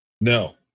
No